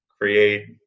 create